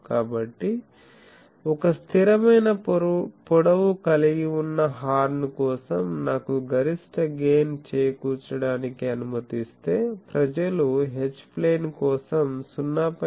కాబట్టి ఒక స్థిరమైన పొడవు కలిగివున్న హార్న్ కోసం నాకు గరిష్ట గెయిన్ చేకూర్చడానికి అనుమతిస్తే ప్రజలు H ప్లేన్ కోసం 0